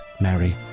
Mary